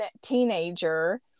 teenager